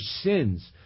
sins